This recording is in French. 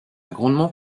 grandement